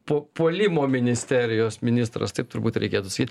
puo puolimo ministerijos ministras taip turbūt reikėtų sakyt